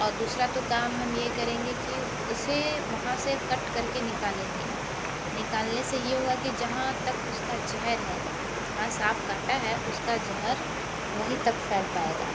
और दूसरा तो काम हम ये करेंगे कि उसे वहाँ से कट करके निकालेंगे निकालने से ये हुआ कि जहाँ तक उसका ज़हर है जहाँ साँप काटा है उसका ज़हर वहीं तक फैल पाएगा